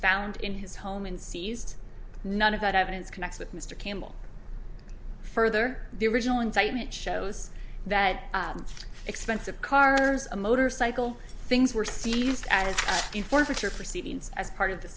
found in his home and seized none of that evidence connects with mr campbell further the original indictment shows that expensive cars a motorcycle things were seized as forfeiture proceedings as part of th